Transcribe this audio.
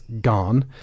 gone